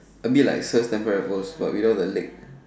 a bit like Sir Stamford Raffles but without the leg